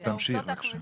העובדות אנחנו יודעים.